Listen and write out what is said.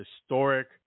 historic